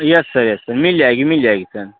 yes sir yes sir मिल जाएगी मिल जाएगी सर